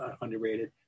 underrated